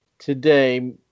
today